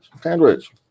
Sandwich